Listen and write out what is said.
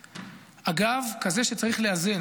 אגב, כזה שצריך לאזן.